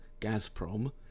Gazprom